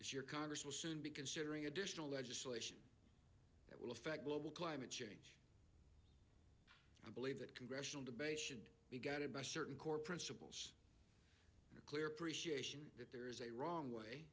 this year congress will soon be considering additional legislation that will affect global climate change i believe that congressional to be guided by certain core principles a clear appreciation that there is a wrong way